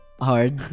hard